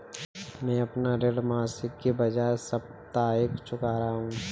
मैं अपना ऋण मासिक के बजाय साप्ताहिक चुका रहा हूँ